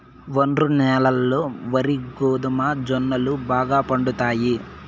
ఒండ్రు న్యాలల్లో వరి, గోధుమ, జొన్నలు బాగా పండుతాయి